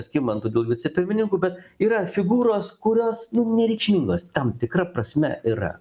skirmantu dėl vicepirmininkų bet yra figūros kurios nu nereikšmingos tam tikra prasme yra